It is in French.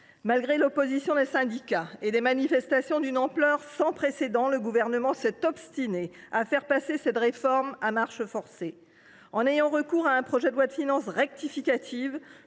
Malgré l’opposition des syndicats et des manifestations d’une ampleur sans précédent, le Gouvernement s’est obstiné à faire passer cette réforme à marche forcée. En ayant recours à un projet de loi de financement rectificative